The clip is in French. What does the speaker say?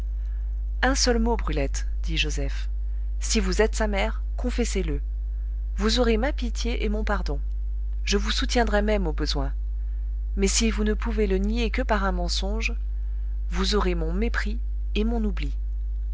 un seul mot brulette dit joseph si vous êtes sa mère confessez le vous aurez ma pitié et mon pardon je vous soutiendrai même au besoin mais si vous ne pouvez le nier que par un mensonge vous aurez mon mépris et mon oubli